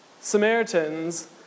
Samaritans